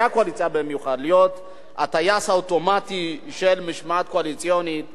הטייס האוטומטי של משמעת קואליציונית ולבוא ולהגיד: